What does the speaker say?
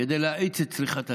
כדי להאיץ את צריכת הדלק,